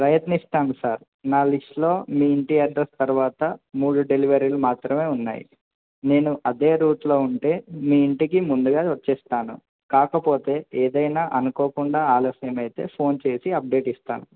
ప్రయత్నిస్తాను సార్ నా లిస్టులో మీ ఇంటి అడ్రస్ తర్వాత మూడు డెలివరీలు మాత్రమే ఉన్నాయి నేను అదే రూట్లో ఉంటే మీ ఇంటికి ముందుగా వచ్చేస్తాను కాకపోతే ఏదైనా అనుకోకుండా ఆలస్యం అయితే ఫోన్ చేసి అప్డేట్ ఇస్తాను